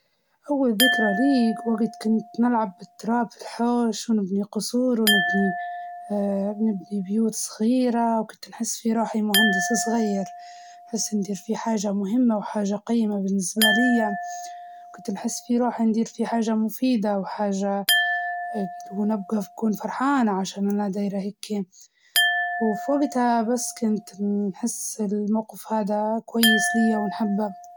نتذكر كنت صغيرة نلعب في الحديقة مع إخواني، وطيحنا لعبة طيارات صغيرة في الشجرة، أمي كانت تضحك علينا.